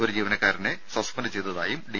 ഒരു ജീവനക്കാരനെ സസ്പെൻഡ് ചെയ്തതായും ഡി